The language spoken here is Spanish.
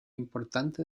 importante